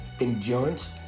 endurance